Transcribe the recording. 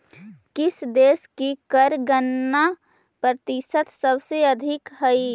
किस देश की कर गणना प्रतिशत सबसे अधिक हई